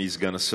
היה הרס.